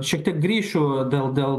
šiek tiek grįšiu dėl dėl